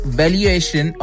valuation